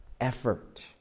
effort